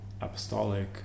apostolic